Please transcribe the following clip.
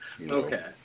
okay